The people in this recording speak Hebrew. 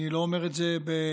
אני לא אומר את זה בהתרסה,